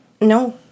no